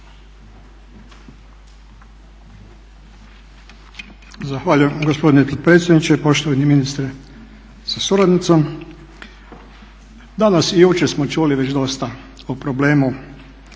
Zahvaljujem gospodine potpredsjedniče, poštovani ministre sa suradnicom. Danas i jučer smo čuli već dosta o problemu